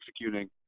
executing